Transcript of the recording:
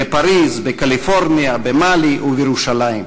בפריז, בקליפורניה, במאלי ובירושלים.